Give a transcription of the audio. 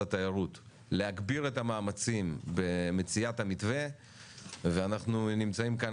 התיירות להגביר את המאמצים במציאת המתווה ואנחנו נמצאים כאן